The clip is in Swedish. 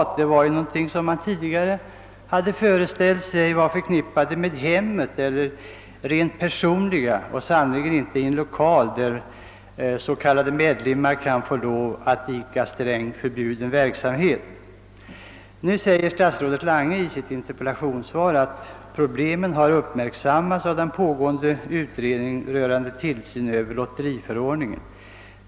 Tidigare föreställde man sig att begreppet »privat» var förknippat med hemmet eller någonting rent personligt och att det sannerligen inte kunde användas för en lokal där s.k. medlemmar skulle få lov att idka strängt förbjuden verksamhet. Statsrådet Lange säger i sitt interpellationssvar att problemen har uppmärksammats av den pågående utredningen rörande tillsyn över lotteriförordningen.